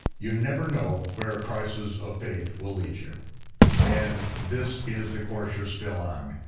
you never know where a crisis of faith will lead you and this is the course you're still on.